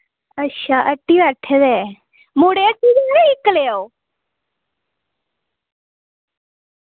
अच्छा हट्टी बैठे दे मुड़े इक्कले ओ